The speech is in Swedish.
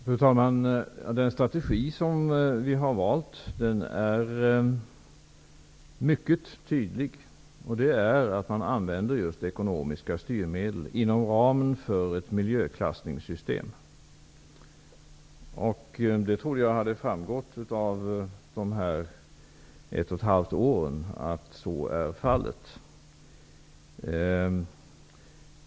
Fru talman! Den strategi vi har valt är mycket tydlig. Den går ut på att man använder just ekonomiska styrmedel inom ramen för ett miljöklassningssystem. Jag trodde att det hade framgått under de här ett och ett halvt åren att så är fallet.